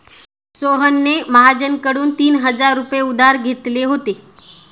सोहनने महाजनकडून तीन हजार रुपये उधार घेतले होते